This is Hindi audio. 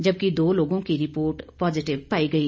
जबकि दो लोगों की रिपोर्ट पॉजिटिव पाई गई